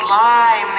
lie